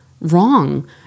wrong